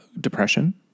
depression